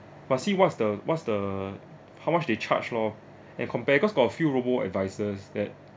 but see what is the what's the how much they charge loh and compare cause got a few robo-advisors that